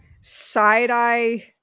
side-eye